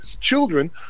Children